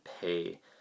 pay